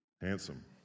handsome